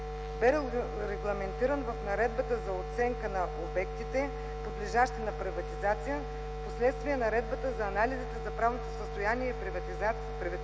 бе регламентиран в Наредбата за оценка на обектите, подлежащи на приватизация, впоследствие Наредбата за анализите за правното състояние и приватизационните